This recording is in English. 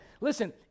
Listen